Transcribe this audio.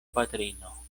patrino